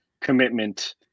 commitment